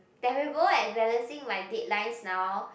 terrible at balancing my deadlines now